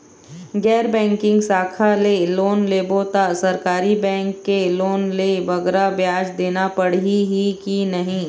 गैर बैंकिंग शाखा ले लोन लेबो ता सरकारी बैंक के लोन ले बगरा ब्याज देना पड़ही ही कि नहीं?